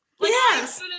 yes